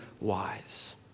wise